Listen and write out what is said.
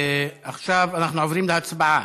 עכשיו אנחנו עוברים להצבעה.